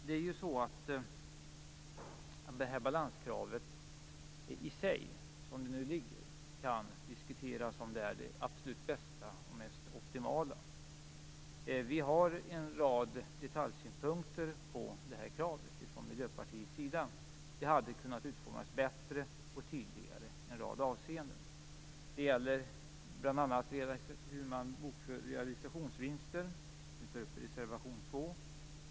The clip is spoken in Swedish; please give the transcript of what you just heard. Det kan diskuteras om balanskravet, som det nu ligger, i sig är det absolut bästa och optimala. Vi har från Miljöpartiets sida en rad detaljsynpunkter på det här kravet. Det hade kunnat utformas bättre och tydligare i en rad avseenden. Det gäller bl.a. hur man bokför realisationsvinster, som vi tar upp i reservation 2.